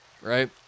right